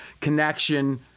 connection